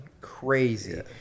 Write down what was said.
crazy